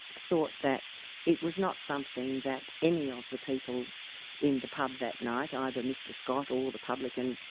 thought that it was not something that any of the people in the pub that night, either mr scott or the publican,